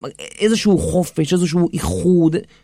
איזה שהוא חופש, איזה שהוא איחוד